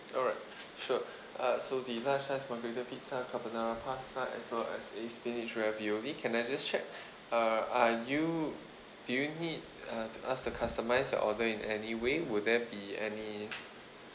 alright sure uh so the large size margherita pizza carbonara pasta as well as a spinach ravioli can I just check uh are you do you need to uh to ask to customise your order in any way will there be any